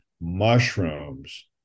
mushrooms